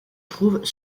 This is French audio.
trouvent